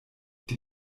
die